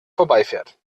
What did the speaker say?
vorbeifährt